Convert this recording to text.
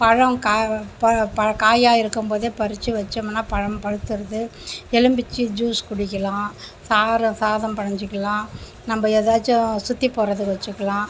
பழம் கா ப காயாக இருக்கும்போதே பறிச்சு வச்சோம்னா பழம் பழுத்துருது எலுமிச்சை ஜூஸ் குடிக்கலாம் சார சாதம் பிணஞ்சிக்கிலாம் நம்ப ஏதாச்சும் சுற்றி போடுறதுக்கு வச்சுக்கிலாம்